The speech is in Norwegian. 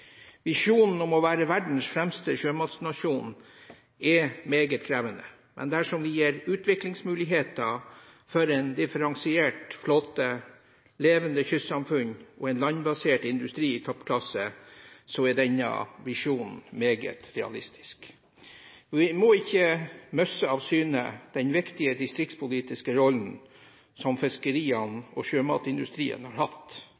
Visjonen om å være verdens fremste sjømatnasjon er meget krevende, men dersom vi gir utviklingsmuligheter for en differensiert flåte, et levende kystsamfunn og en landbasert industri i toppklasse, er denne visjonen meget realistisk. Vi må ikke miste av syne den viktige distriktspolitiske rollen som fiskeriene og sjømatindustrien har hatt